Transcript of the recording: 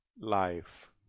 life